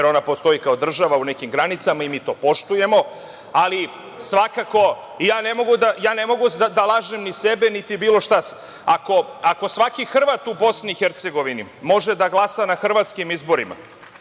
jer ona postoji kao država u nekim granicama i mi to poštujemo. Svakako ne mogu da lažem ni sebe, niti bilo šta. Ako svaki Hrvat u BiH može da glasa na hrvatskim izborima